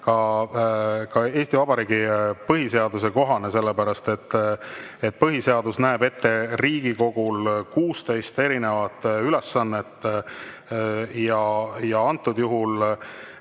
Eesti Vabariigi põhiseaduse kohane, sellepärast et põhiseadus näeb ette Riigikogule 16 erinevat ülesannet. Antud juhul